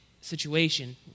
situation